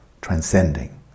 transcending